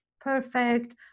perfect